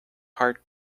heart